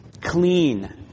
clean